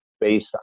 based